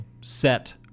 set